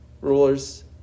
rulers